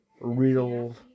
real